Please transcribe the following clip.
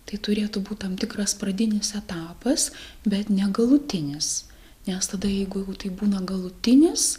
tai turėtų būti tam tikras pradinis etapas bet ne galutinis nes tada jeigu jau taip būna galutinis